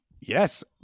Yes